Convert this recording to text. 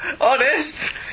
Honest